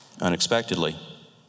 unexpectedly